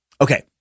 Okay